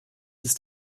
ist